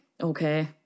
okay